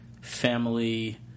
Family